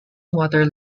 water